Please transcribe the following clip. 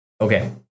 Okay